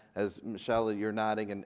as michelle, ah you're nodding, and